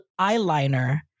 eyeliner